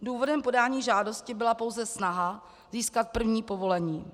Důvodem podání žádosti byla pouze snaha získat první povolení.